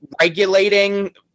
regulating